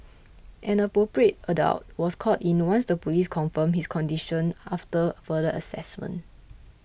an Appropriate Adult was called in once the police confirmed his condition after further assessment